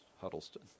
Huddleston